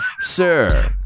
Sir